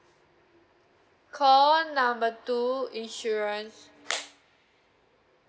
call number two insurance